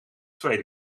tweede